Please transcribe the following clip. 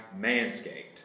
Manscaped